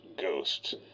ghosts